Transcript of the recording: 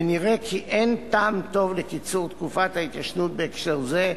ונראה כי אין טעם טוב לקיצור תקופת ההתיישנות בהקשר זה,